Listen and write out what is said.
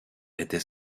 était